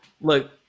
look